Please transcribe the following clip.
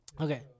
Okay